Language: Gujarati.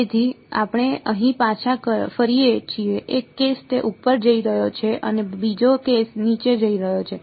તેથી આપણે અહીં પાછા ફરીએ છીએ એક કેસ તે ઉપર જઈ રહ્યો છે અને બીજો કેસ નીચે જઈ રહ્યો છે